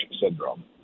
syndrome